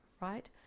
right